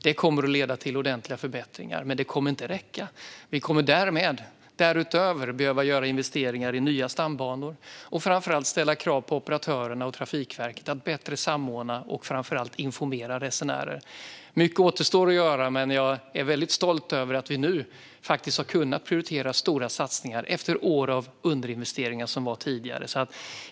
Det kommer att leda till ordentliga förbättringar, men det kommer inte att räcka. Vi kommer därutöver att behöva göra investeringar i nya stambanor och framför allt ställa krav på operatörerna och Trafikverket att samordna bättre och framför allt informera resenärer. Mycket återstår att göra, men jag är väldigt stolt över att vi nu faktiskt har kunnat prioritera stora satsningar efter år av underinvesteringar, som det var tidigare.